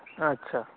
ᱟᱪᱪᱷᱟ